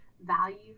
value